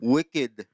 Wicked